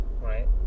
right